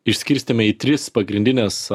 išskirstėme į tris pagrindines